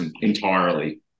entirely